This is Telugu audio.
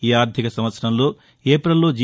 ఈ ఆర్థిక సంవత్సరం ఏపిల్లో జీ